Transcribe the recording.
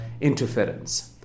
interference